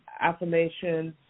affirmations